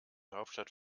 hauptstadt